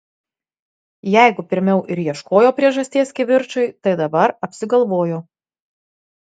jeigu pirmiau ir ieškojo priežasties kivirčui tai dabar apsigalvojo